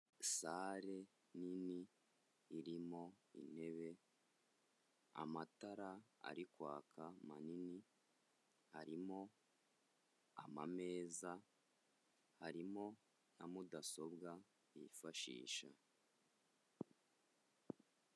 Sale nini irimo intebe, amatara ari kwaka manini, harimo amameza, harimo na mudasobwa bifashisha.